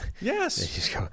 Yes